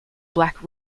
black